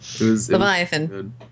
Leviathan